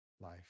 life